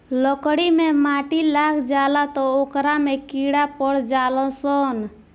लकड़ी मे माटी लाग जाला त ओकरा में कीड़ा पड़ जाल सन